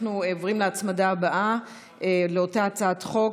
אנחנו עוברים להצמדה הבאה לאותה הצעת חוק,